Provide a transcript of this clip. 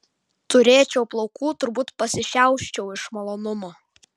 turėčiau plaukų turbūt pasišiauščiau iš malonumo